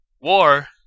war